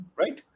right